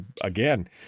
again—